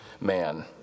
man